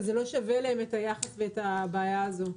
וזה לא שווה להם את היחס ואת הבעיה הזאת.